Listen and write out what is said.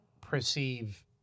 perceive